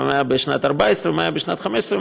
ומה היה בשנת 2014,